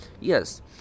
Yes